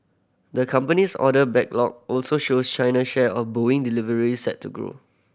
the company's order backlog also shows China's share of Boeing deliveries set to grow